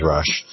Rush